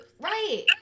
Right